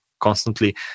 constantly